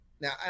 Now